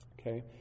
okay